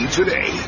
today